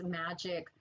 magic